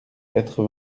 quatre